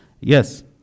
Yes